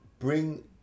bring